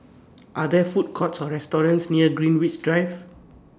Are There Food Courts Or restaurants near Greenwich Drive